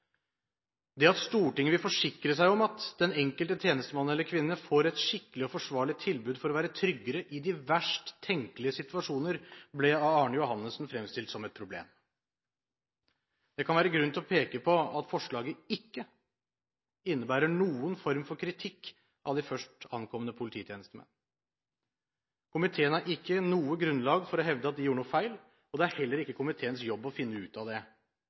Det at Stortinget vil forsikre seg om at den enkelte tjenestemann eller -kvinne får et skikkelig og forsvarlig tilbud for å være tryggere i de verst tenkelige situasjoner, ble av Arne Johannessen fremstilt som et problem. Det kan være grunn til å peke på at forslaget ikke innebærer noen form for kritikk av de først ankomne polititjenestemenn. Komiteen har ikke noe grunnlag for å hevde at de gjorde noe feil, og det er heller ikke komiteens jobb å finne ut av det.